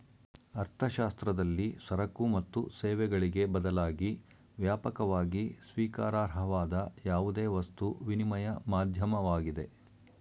ಅರ್ಥಶಾಸ್ತ್ರದಲ್ಲಿ ಸರಕು ಮತ್ತು ಸೇವೆಗಳಿಗೆ ಬದಲಾಗಿ ವ್ಯಾಪಕವಾಗಿ ಸ್ವೀಕಾರಾರ್ಹವಾದ ಯಾವುದೇ ವಸ್ತು ವಿನಿಮಯ ಮಾಧ್ಯಮವಾಗಿದೆ